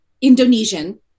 Indonesian